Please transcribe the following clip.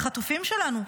לחטופים שלנו,